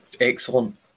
Excellent